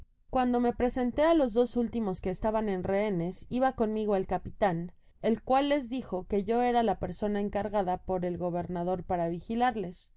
cuando me presentó á los dos últimos que estaban en rehenes iba conmigo el capitan el cual les dijo que yo era la persona encargada por el gobernador para vigilarles